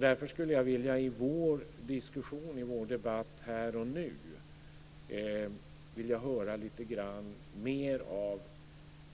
Därför skulle jag i vår diskussion och debatt här och nu vilja höra lite mer av